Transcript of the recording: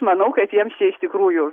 manau kad jiems čia iš tikrųjų